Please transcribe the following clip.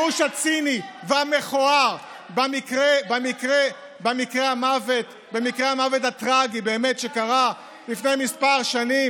השימוש הציני והמכוער במקרה המוות הטרגי באמת שקרה לפני כמה שנים,